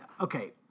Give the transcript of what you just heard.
okay